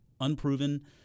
unproven